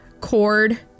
cord